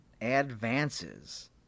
advances